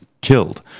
killed